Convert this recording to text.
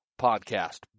podcast